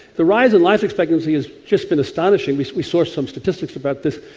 the rise in life expectancy has just been astonishing. we we saw some statistics about this.